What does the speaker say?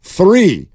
three